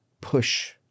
push